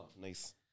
nice